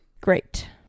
Great